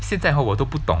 现在 hor 我都不懂